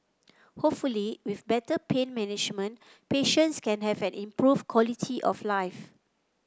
hopefully with better pain management patients can have an improved quality of life